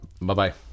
Bye-bye